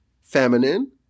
feminine